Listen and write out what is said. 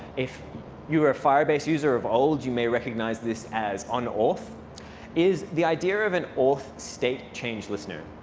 if you were a firebase user of old, you may recognize this as unauth is the idea of an auth state change listener.